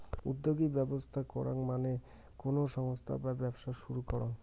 উদ্যোগী ব্যবস্থা করাঙ মানে কোনো সংস্থা বা ব্যবসা শুরু করাঙ